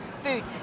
food